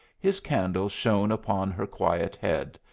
his candle shone upon her quiet head,